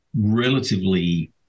relatively